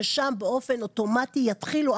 ששם באופן אוטומט יתחילו,